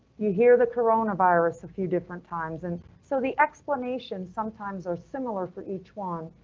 you hear the coronavirus a few different times, and so the explanation sometimes are similar for each one.